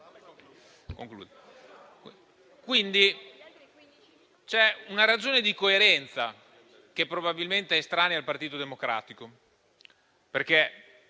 Aula).* C'è una ragione di coerenza che probabilmente è estranea al Partito Democratico,